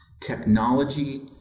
technology